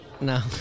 No